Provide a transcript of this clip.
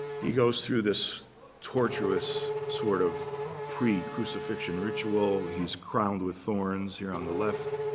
he goes through this tortuous sort of precrucifixion ritual. he's crowned with thorns here on the left